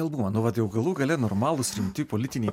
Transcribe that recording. albumą nu vat jau galų gale normalūs rimti politiniai